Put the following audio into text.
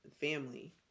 family